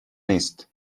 نیست